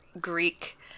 Greek